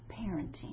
parenting